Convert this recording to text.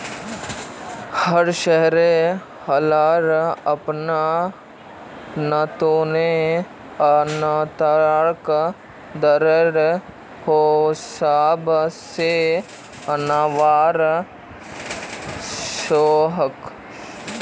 हर shareholder अपना return आंतरिक दरर हिसाब से आंनवा सकोह